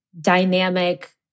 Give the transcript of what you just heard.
dynamic